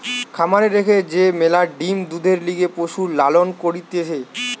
খামারে রেখে যে ম্যালা ডিম্, দুধের লিগে পশুর লালন করতিছে